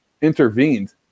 intervened